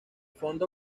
fondo